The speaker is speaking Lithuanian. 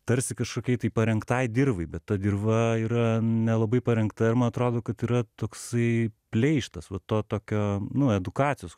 tarsi kažkokiai tai parengtai dirvai bet ta dirva yra nelabai parengta ir man atrodo kad yra toksai pleištas va to tokio nu edukacijos